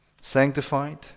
Sanctified